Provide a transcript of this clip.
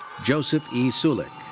joseph e. sulick.